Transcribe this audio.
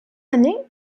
année